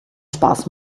spaß